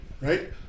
Right